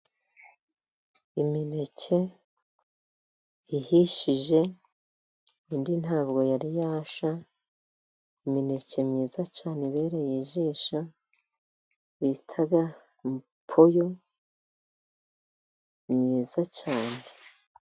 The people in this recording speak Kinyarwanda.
Imineke ihishije indi ntabwo yari yashya, imineke myiza cyane ibereye ijisho, bita poyo myiza cyane.